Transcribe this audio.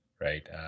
right